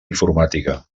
informàtica